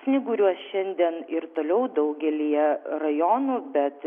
snyguriuos šiandien ir toliau daugelyje rajonų bet